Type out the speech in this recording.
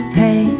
pay